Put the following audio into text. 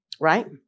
Right